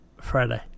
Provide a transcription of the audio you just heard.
Friday